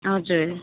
हजुर